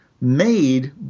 made